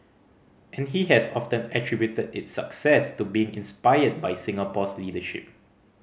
and he has often attributed its success to being inspired by Singapore's leadership